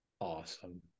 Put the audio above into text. Awesome